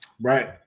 Right